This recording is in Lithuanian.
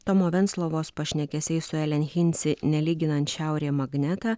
tomo venclovos pašnekesiai su elenhinsi nelyginant šiaurė magnetą